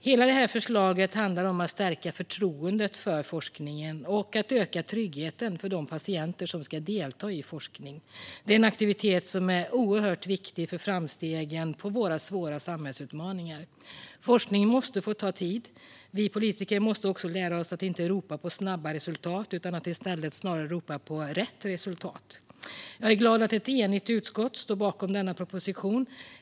Hela förslaget handlar om att stärka förtroendet för forskningen och att öka tryggheten för de patienter som ska delta i forskning. Det är en aktivitet som är oerhört viktig för framstegen för våra svåra samhällsutmaningar. Forskningen måste få ta tid. Vi politiker måste också lära oss att inte ropa på snabba resultat utan att i stället snarare ropa på rätt resultat. Jag är glad att ett enigt utskott står bakom denna proposition.